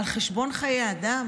על חשבון חיי אדם,